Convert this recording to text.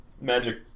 magic